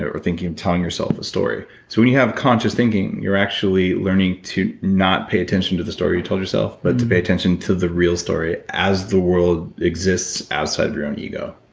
or thinking and telling yourself a story, so when you have conscious thinking you're actually learning to not pay attention to the story you told yourself, but to pay attention to the real story as the world exists outside of your own ego